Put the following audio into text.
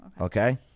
Okay